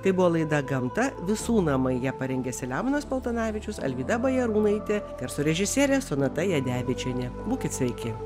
tai buvo laida gamta visų namai ją parengė selemonas paltanavičius alvyda bajarūnaitė garso režisierė sonata jadevičienė būkit sveiki